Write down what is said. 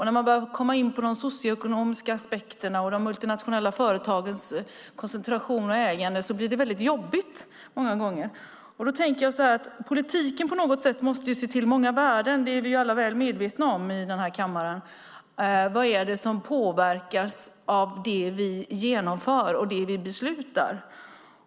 När man börjar komma in på de socioekonomiska aspekterna och de multinationella företagens koncentration och ägande blir det väldigt jobbigt många gånger. Politiken måste se till många värden. Det är vi alla väl medvetna om i denna kammare. Vad är det som påverkas av det vi genomför och beslutar?